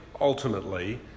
ultimately